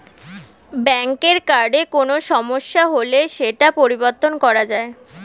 ব্যাঙ্কের কার্ডে কোনো সমস্যা হলে সেটা পরিবর্তন করা যায়